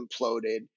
imploded